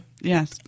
yes